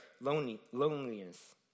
loneliness